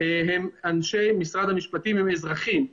הם אנשי משרד המשפטים, הם אזרחים.